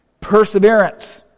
Perseverance